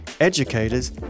educators